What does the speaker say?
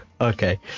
okay